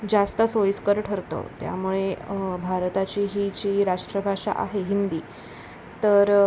जास्त सोयीस्कर ठरतं त्यामुळे भारताची ही जी राष्ट्रभाषा आहे हिंदी तर